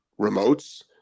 remotes